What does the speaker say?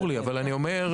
אני מבין.